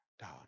down